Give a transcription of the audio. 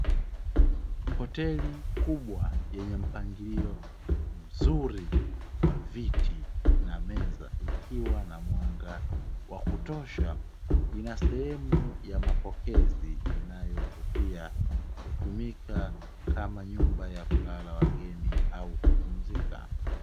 Hoteli kubwa yenye mpangilio mzuri wa viti na meza ikiwa na mwanga wa kutosha, ina sehemu ya mapokezi inayovutia hutumika kama nyumba ya kulala wageni au kupumzika.